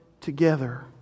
together